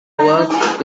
work